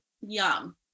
Yum